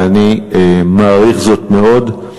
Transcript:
ואני מעריך זאת מאוד.